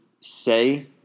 say